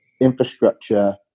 infrastructure